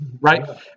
Right